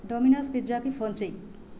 Domino's పిజ్జాకి phone చేయి